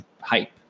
hype